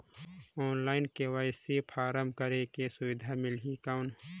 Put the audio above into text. Online KYC form करेके सुविधा मिली कौन?